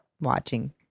watching